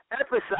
Emphasize